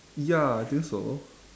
ya I think so